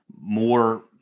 more